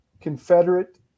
Confederate